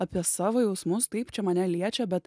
apie savo jausmus taip čia mane liečia bet